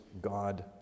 God